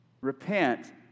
repent